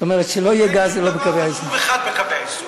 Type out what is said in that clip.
אין דבר חשוב אחד בקווי היסוד.